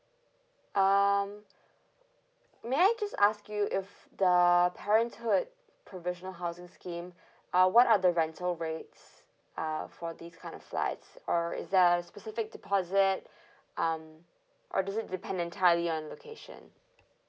um may I just ask you if the parenthood provisional housing scheme uh what are the rental rates uh for these kind of flats or is there a specific deposit um or is it depend entirely on location